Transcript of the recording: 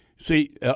See